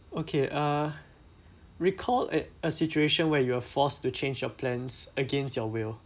okay uh recall at a situation where you are forced to change your plans against your will